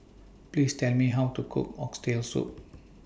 Please Tell Me How to Cook Oxtail Soup